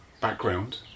background